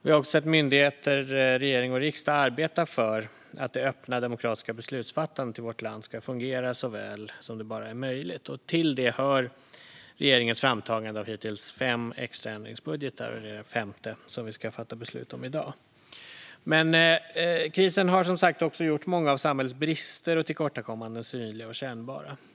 Vi har också sett myndigheter, regering och riksdag arbeta för att det öppna demokratiska beslutsfattandet i vårt land ska fungera så väl som det bara är möjligt. Till detta hör regeringens framtagande av hittills fem extra ändringsbudgetar, och det är den femte som vi ska fatta beslut om i dag. Krisen har som sagt också gjort många av samhällets brister och tillkortakommanden synliga och kännbara.